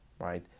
right